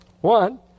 One